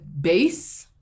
base